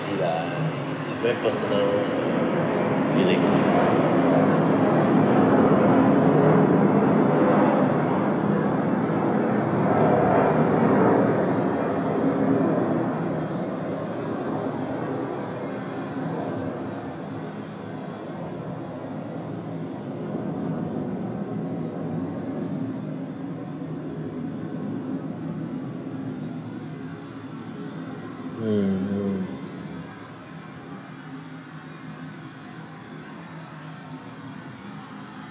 ~sy lah it's very personal feeling mm mm